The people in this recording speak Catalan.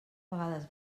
vegades